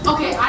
Okay